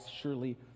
surely